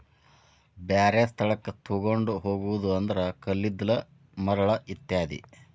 ಬ್ಯಾರೆ ಸ್ಥಳಕ್ಕ ತುಗೊಂಡ ಹೊಗುದು ಅಂದ್ರ ಕಲ್ಲಿದ್ದಲ, ಮರಳ ಇತ್ಯಾದಿ